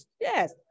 Yes